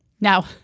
Now